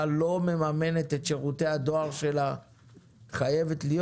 לא מממנת את שירותי הדואר שלה חייבת להיות.